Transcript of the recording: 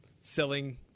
selling